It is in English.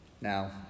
Now